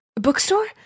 Bookstore